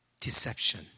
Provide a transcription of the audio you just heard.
deception